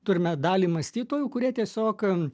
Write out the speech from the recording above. turime dalį mąstytojų kurie tiesiog